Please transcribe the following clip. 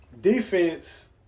defense